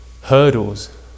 hurdles